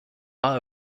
are